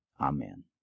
Amen